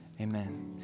Amen